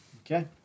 Okay